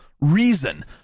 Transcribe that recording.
reason